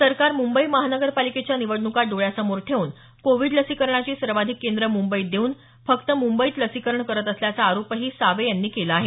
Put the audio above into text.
सरकार मुंबई महानगरपालिकेच्या निवडणुका डोळ्यासमोर ठेवून कोविड लसीकरणाची सर्वाधिक केंद्र मुंबईत देऊन फक्त मुंबईत लसीकरण करत असल्याचा आरोपही त्यांनी केला आहे